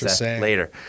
later